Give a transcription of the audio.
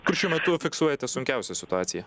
kur šiuo metu fiksuojate sunkiausią situaciją